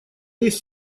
есть